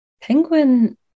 Penguin